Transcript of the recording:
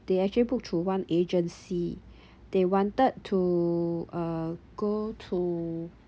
they actually book through one agency they wanted to uh go to